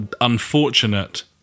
unfortunate